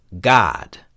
God